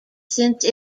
since